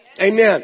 Amen